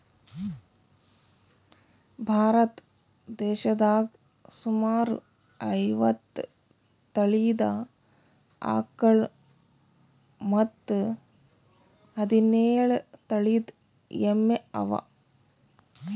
ಭಾರತ್ ದೇಶದಾಗ್ ಸುಮಾರ್ ಐವತ್ತ್ ತಳೀದ ಆಕಳ್ ಮತ್ತ್ ಹದಿನೇಳು ತಳಿದ್ ಎಮ್ಮಿ ಅವಾ